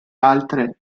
altre